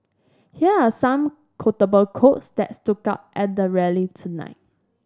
here are some quotable quotes that stood out at the rally tonight